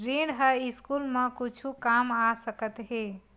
ऋण ह स्कूल मा कुछु काम आ सकत हे?